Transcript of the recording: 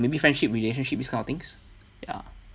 maybe friendship relationship these kind of things ya